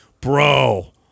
Bro